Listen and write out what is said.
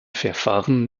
verfahren